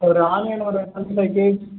ஒரு ஆனியன் ஒரு twenty five KG